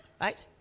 Right